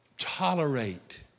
Tolerate